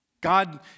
God